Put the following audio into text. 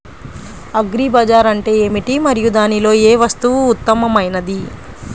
Agri బజార్ అంటే ఏమిటి మరియు దానిలో ఏ వస్తువు ఉత్తమమైనది?